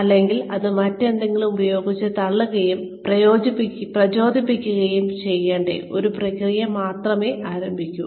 അല്ലെങ്കിൽ അത് മറ്റെന്തെങ്കിലും ഉപയോഗിച്ച് തള്ളുകയും പ്രചോദിപ്പിക്കുകയും ചെയ്യേണ്ട ഒരു പ്രക്രിയ മാത്രമേ ആരംഭിക്കൂ